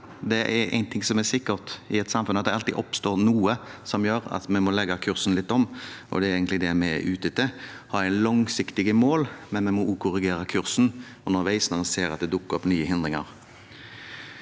som er sikkert i et samfunn, og det er at det alltid oppstår noe som gjør at vi må legge kursen litt om. Det er egentlig det vi er ute etter. Vi må ha langsiktige mål, men vi må også korrigere kursen underveis når en ser at det dukker opp nye hindringer.